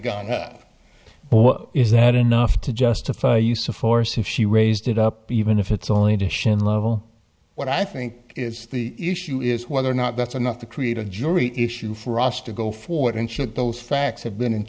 gun is that enough to justify use of force if she raised it up even if it's only addition level what i think it's the issue is whether or not that's enough to create a jury issue for us to go forward and shoot those facts have been in